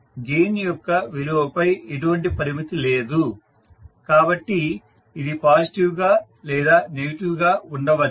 gain యొక్క విలువపై ఎటువంటి పరిమితి లేదు కాబట్టి ఇది పాజిటివ్ గా లేదా నెగిటివ్ గా ఉండవచ్చు